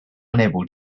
unable